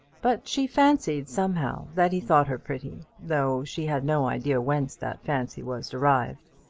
but she fancied, somehow, that he thought her pretty, though she had no idea whence that fancy was derived.